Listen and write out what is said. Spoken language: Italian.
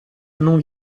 non